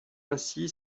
ainsi